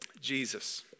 Jesus